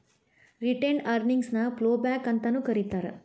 retained earnings ನ ploughback ಅಂತಾನೂ ಕರೇತಾರ